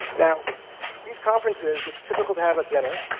now these conferences, it's typical to have a dinner,